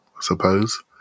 suppose